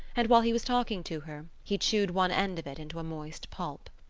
and, while he was talking to her, he chewed one end of it into a moist pulp.